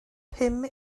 pum